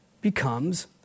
becomes